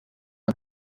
and